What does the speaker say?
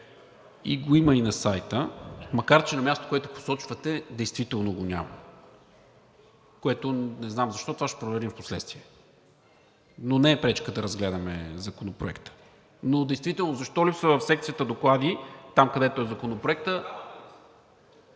има го и на сайта. Макар че на мястото, което посочвате, действително го няма. Не знам защо, това ще го проверим впоследствие, но не е пречка да разгледаме Законопроекта. Но действително защо липсва в секцията „Доклади“ – там, където е Законопроектът…